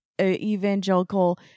evangelical